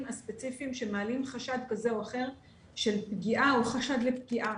הספציפיים שמעלים חשד כזה או אחר של פגיעה או חשד לפגיעה,